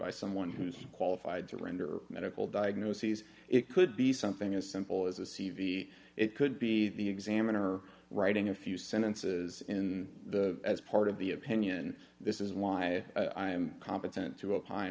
by someone who's qualified to render medical diagnoses it could be something as simple as a c v it could be the examiner writing a few sentences in the as part of the opinion this is why i'm competent to o